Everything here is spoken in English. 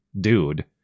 dude